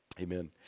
Amen